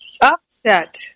upset